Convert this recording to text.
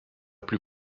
plus